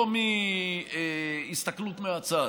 לא מהסתכלות מהצד,